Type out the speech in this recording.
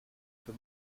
für